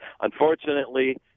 Unfortunately